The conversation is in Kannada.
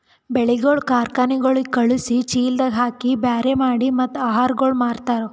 ಬೆಳಿಗೊಳ್ ಕಾರ್ಖನೆಗೊಳಿಗ್ ಖಳುಸಿ, ಚೀಲದಾಗ್ ಹಾಕಿ ಬ್ಯಾರೆ ಮಾಡಿ ಮತ್ತ ಆಹಾರಗೊಳ್ ಮಾರ್ತಾರ್